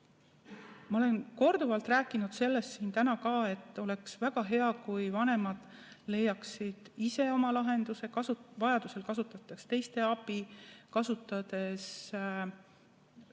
Ma olen korduvalt rääkinud sellest siin ka täna, et oleks väga hea, kui vanemad leiaksid ise lahenduse, vajadusel ka teiste abi kasutades.